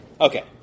Okay